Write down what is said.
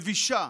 מבישה,